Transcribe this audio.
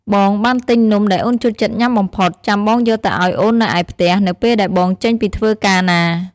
បងបានទិញនំដែលអូនចូលចិត្តញ៉ាំបំផុត ចាំបងយកទៅឱ្យអូននៅឯផ្ទះនៅពេលដែលបងចេញពីធ្វើការណា។